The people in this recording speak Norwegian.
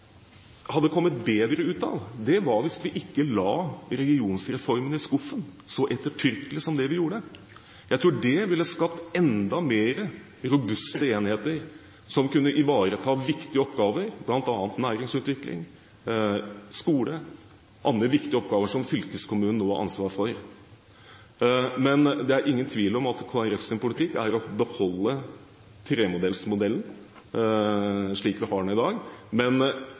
gjorde. Jeg tror den ville skapt enda mer robuste enheter, som kunne ivareta viktige oppgaver, bl.a. næringsutvikling, skole og andre viktige oppgaver som fylkeskommunen nå har ansvaret for. Det er ingen tvil om at Kristelig Folkepartis politikk er å beholde trenivåmodellen slik den er i dag. Men vi har ingenting imot å erstatte fylkeskommunen med en region. Jeg må si at jeg synes det er veldig trist at denne reformen ble lagt i